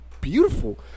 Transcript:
beautiful